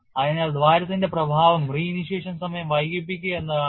അതിനാൽ ദ്വാരത്തിന്റെ പ്രഭാവം re initiation സമയം വൈകിപ്പിക്കുക എന്നതാണ്